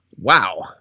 wow